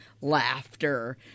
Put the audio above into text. laughter